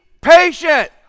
patient